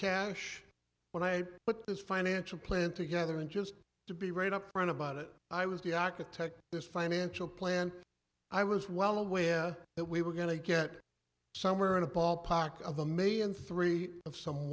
cash when i put this financial plan together and just to be right up front about it i was the aca tech this financial plan i was well aware that we were going to get somewhere in the ballpark of a million three of some